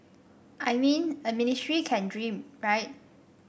I mean a ministry can dream right